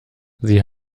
sie